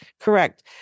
correct